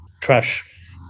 trash